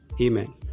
amen